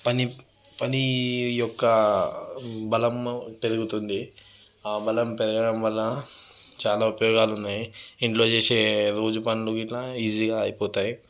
పని పనీ యొక్క బలము పెరుగుతుంది బలం పెరగడం వల్ల చాలా ఉపయోగాలు ఉన్నాయి ఇంట్లో చేసే రోజూ పనులు ఇట్లా ఈజీగా అయిపోతాయి